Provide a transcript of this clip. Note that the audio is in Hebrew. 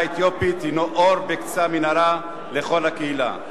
האתיופית הינו אור בקצה המנהרה לכל הקהילה,